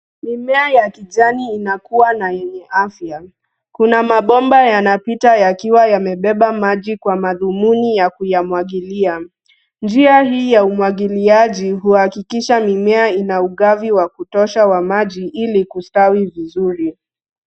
Mimea ya kijani inakua na yenye afya. Kuna mabomba yanapita yakiwa yamebeba maji, kwa madhumuni ya kuyamwagilia. Njia hii ya umwagiliaji, huhakikisha mimea ina ugavi wa kutosha , wa maji ili kustawi vizuri.